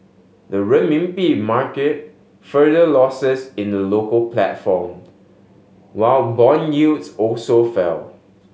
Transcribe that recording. the Renminbi market further losses in the local platform while bond yields also fell